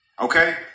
Okay